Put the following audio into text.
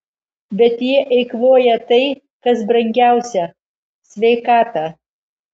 bet jie eikvoja tai kas brangiausia sveikatą